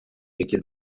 які